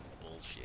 bullshit